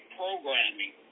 programming